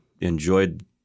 enjoyed